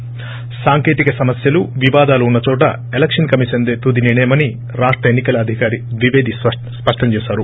ి సాంకేతిక సమస్యలు వివాదాలు ఉన్న చోట ఈసీ దే తుది నిర్ణయమని రాష్ట ఎన్ని కల అధికారి ద్వివేది స్పష్టం చేశారు